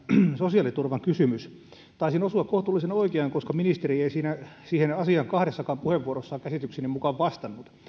sosiaaliturvakysymys taisin osua kohtuullisen oikeaan koska ministeri ei siihen asiaan kahdessakaan puheenvuorossaan käsitykseni mukaan vastannut